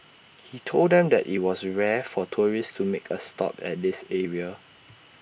he told them that IT was rare for tourists to make A stop at this area